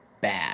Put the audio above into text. bad